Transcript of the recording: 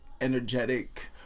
energetic